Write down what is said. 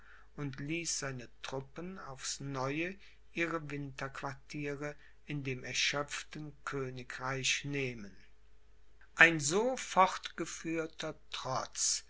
und ließ seine truppen aufs neue ihre winterquartiere in dem erschöpften königreich nehmen ein so fortgeführter trotz